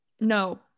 No